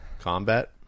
Combat